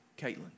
Caitlin